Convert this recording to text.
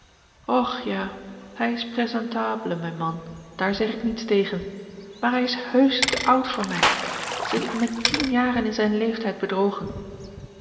och ja hij is présentable mijn man daar zeg ik niets tegen maar hij is heusch te oud voor mij ze hebben mij tien jaren in zijn leeftijd bedrogen